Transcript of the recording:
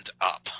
up